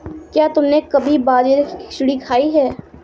क्या तुमने कभी बाजरे की खिचड़ी खाई है?